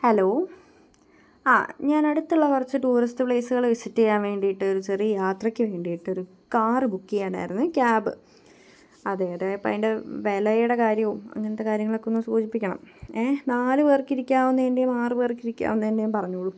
hello ആ ഞാനടുത്തുള്ള കുറച്ച് ടൂറിസ്റ്റ് പ്ലേസുകൾ വിസിറ്റ് ചെയ്യാൻ വേണ്ടിയിട്ട് ഒരു ചെറിയ യാത്രക്ക് വേണ്ടിയിട്ട് ഒരു കാർ ബുക്ക് ചെയ്യാനായിരുന്നു ക്യാബ് അതെയതെ അപ്പതിൻറെ വിലയുടെ കാര്യവും അങ്ങനത്തെ കാര്യങ്ങളൊക്കെ ഒന്ന് സൂചിപ്പിക്കണം നാലുപേര്ക്കിരിക്കാവുന്നതിന്റെയു ആറുപേര്ക്കിരിക്കാന്നേന്റെ പറഞ്ഞോളൂ